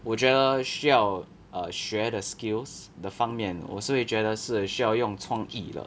我觉得需要学的 skills 的方面我是会觉得是需要用创意的